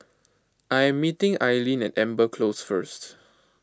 I am meeting Aileen at Amber Close first